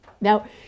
now